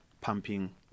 pumping